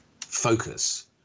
focus